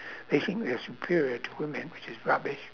they think they're superior to women which is rubbish